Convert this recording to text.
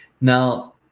Now